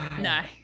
No